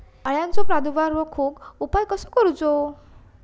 अळ्यांचो प्रादुर्भाव रोखुक उपाय कसो करूचो?